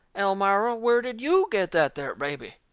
elmira, where did you get that there baby?